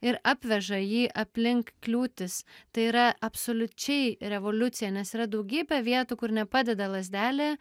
ir atveža jį aplink kliūtis tai yra absoliučiai revoliucija nes yra daugybė vietų kur nepadeda lazdelė